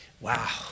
Wow